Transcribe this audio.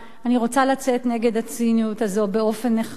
אני רוצה לצאת נגד הציניות הזו באופן נחרץ.